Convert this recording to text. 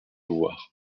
pouvoir